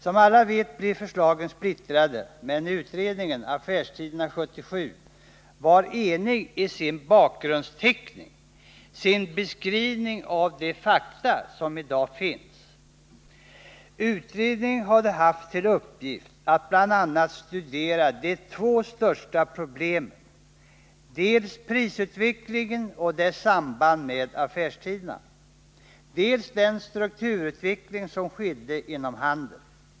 Som alla vet, blev förslagen splittrade. Men utredningen — Affärstiderna, 1977 — var enig i sin bakgrundsteckning, sin beskrivning av de fakta som i dag finns. Utredningen hade haft till uppgift att bl.a. studera de två största problemen: dels prisutvecklingen och dess samband med affärstiderna, dels den strukturutveckling som skedde inom handeln.